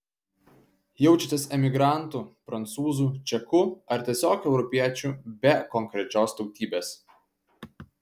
jaučiatės emigrantu prancūzu čeku ar tiesiog europiečiu be konkrečios tautybės